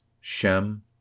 Shem